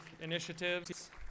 Initiatives